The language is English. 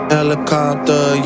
helicopter